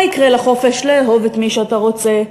מה יקרה לחופש לאהוב את מי שאתה רוצה?